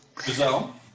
Giselle